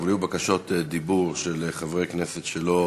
אבל היו בקשות דיבור של חברי כנסת שלא